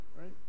Right